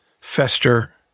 fester